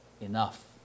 enough